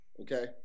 Okay